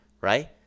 right